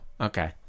okay